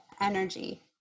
energy